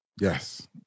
Yes